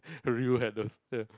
I really ya